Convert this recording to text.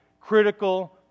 critical